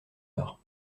heures